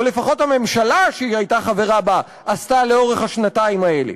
או לפחות הממשלה שהיא הייתה חברה בה עשתה לאורך השנתיים האלה.